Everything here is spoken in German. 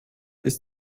ist